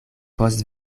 post